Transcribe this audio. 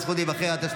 הזכות להיבחר),